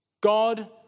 God